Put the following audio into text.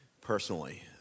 personally